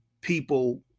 people